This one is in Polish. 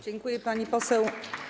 Dziękuję, pani poseł.